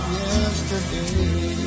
yesterday